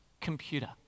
computer